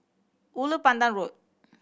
Ulu Pandan Road